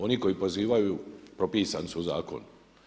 Oni koji pozivaju propisani su zakonom.